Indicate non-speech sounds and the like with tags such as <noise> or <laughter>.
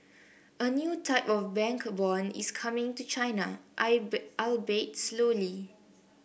a new type of bank bond is coming to China <unintelligible> albeit slowly